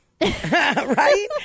Right